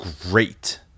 great